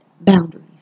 boundaries